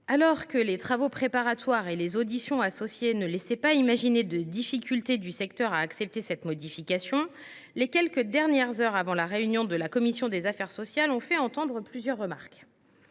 alors que les travaux préparatoires et les auditions associées ne laissaient pas imaginer de difficultés du secteur à accepter cette modification, quelques heures avant la réunion de la commission des affaires sociales, plusieurs remarques